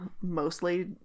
mostly